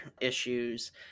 issues